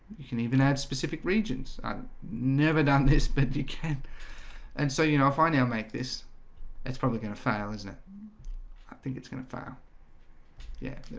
you can even add specific regions never done this but you can and so, you know if i now make this it's probably gonna fail is it i think it's gonna fail yeah,